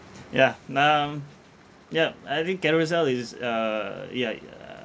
yeah um yup I think Carousell is a ya i~ uh